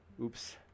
Oops